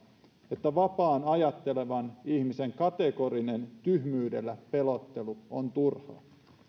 että vapaan ajattelevan ihmisen kategorinen tyhmyydellä pelottelu on turhaa